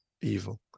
evil